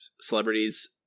celebrities